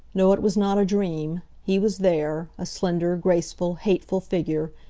no, it was not a dream. he was there, a slender, graceful, hateful figure,